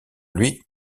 lui